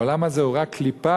העולם הזה הוא רק קליפה,